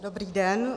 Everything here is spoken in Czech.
Dobrý den.